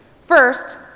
First